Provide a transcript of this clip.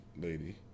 lady